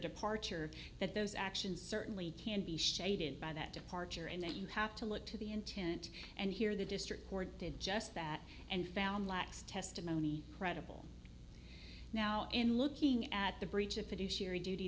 departure that those actions certainly can be shaded by that departure and that you have to look to the intent and hear the district court did just that and found last testimony credible now in looking at the breach of fiduciary duty